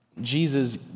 Jesus